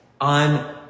on